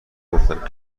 گفتند